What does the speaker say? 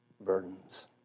burdens